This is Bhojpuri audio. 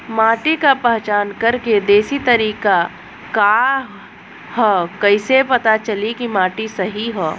माटी क पहचान करके देशी तरीका का ह कईसे पता चली कि माटी सही ह?